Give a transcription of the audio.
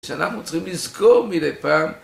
שאנחנו צריכים לזכור מדי פעם